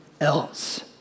else